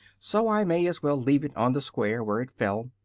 so i may as well leave it on the square where it fell.